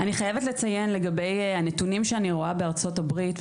אני חייבת לציין לגבי הנתונים שאני רואה בארצות הברית,